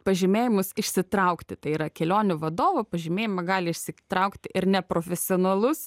pažymėjimus išsitraukti tai yra kelionių vadovo pažymėjimą gali išsitraukti ir neprofesionalus